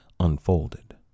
unfolded